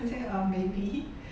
then I say um maybe